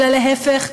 אלא להפך,